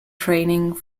training